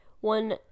one